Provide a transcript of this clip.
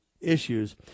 issues